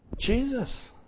Jesus